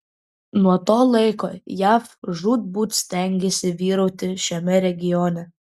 nuo to laiko jav žūtbūt stengėsi vyrauti šiame regione